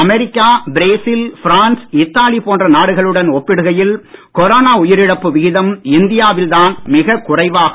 America Brazil France Italy போன்ற நாடுகளுடன் ஒப்பிடுகையில் கொரோனா உயிரிழப்பு விகிதம் இந்தியாவில் தான் மிகக் குறைவாகும்